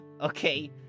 Okay